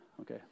Okay